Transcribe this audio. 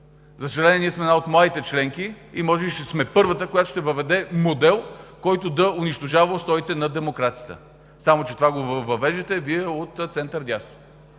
За съжаление, сме една от младите членки и може би ще сме първата, която ще въведе модел, който да унищожава устоите на демокрацията. Само че това го въвеждате Вие – от център/дясно.